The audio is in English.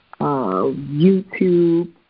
YouTube